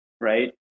right